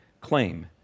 claim